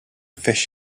fish